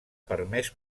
permès